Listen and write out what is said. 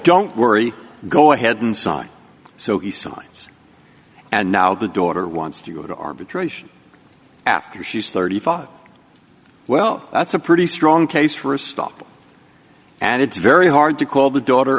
don't worry go ahead and sign so he signs and now the daughter wants to go to arbitration after she's thirty five well that's a pretty strong case for a stop and it's very hard to call the daughter